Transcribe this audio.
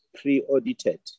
pre-audited